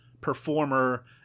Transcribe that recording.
performer